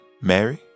Mary